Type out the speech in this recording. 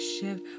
shift